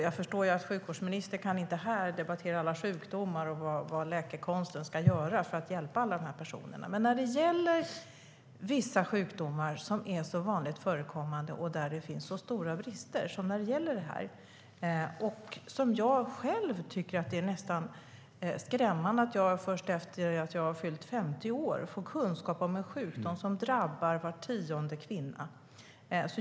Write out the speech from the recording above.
Jag förstår att sjukvårdsministern inte här kan debattera alla sjukdomar och vad läkekonsten ska göra för att hjälpa alla de här personerna. Men när det gäller vissa sjukdomar som är så vanligt förekommande som endometrios finns det stora brister. Jag tycker själv att det är nästan skrämmande att jag först efter att jag fyllt 50 år fått kunskap om en sjukdom som drabbar var tionde kvinna.